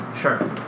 sure